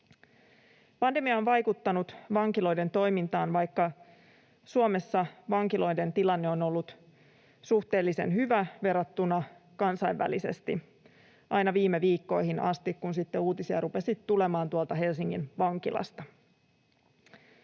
Pandemia on vaikuttanut vankiloiden toimintaan, vaikka Suomessa vankiloiden tilanne on ollut suhteellisen hyvä kansainvälisesti verrattuna aina viime viikkoihin asti, kun sitten uutisia rupesi tulemaan tuolta Helsingin vankilasta.